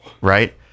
Right